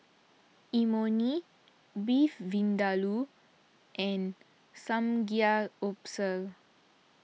Imoni Beef Vindaloo and Samgyeopsal